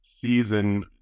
season